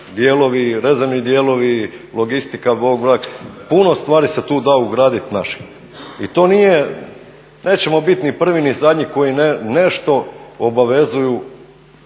dijelovi, rezervni dijelovi, logistika, … puno stvari se tu da ugradit naših i to nećemo bit ni prvi ni zadnji koji nešto obavezuju